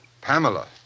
Pamela